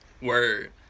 Word